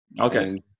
Okay